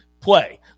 play